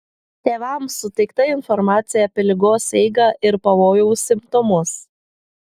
tėvams suteikta informacija apie ligos eigą ir pavojaus simptomus